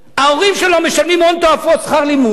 ההורים שלו משלמים הון תועפות שכר לימוד.